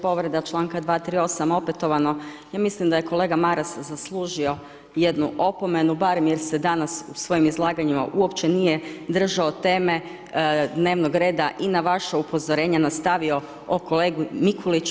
Povreda čl. 238 opetovano, ja mislim da je kolega Maras zaslužio jednu opomenu barem jer se danas u svojim izlaganjima uopće nije držao teme dnevnog reda i na vaše upozorenje nastavio o kolegi Mikuliću.